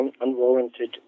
unwarranted